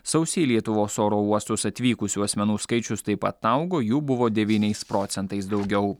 sausį į lietuvos oro uostus atvykusių asmenų skaičius taip pat augo jų buvo devyniais procentais daugiau